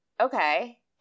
Okay